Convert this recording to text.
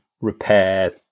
repair